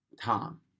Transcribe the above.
Tom